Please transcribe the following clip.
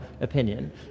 opinion